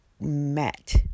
met